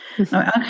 Okay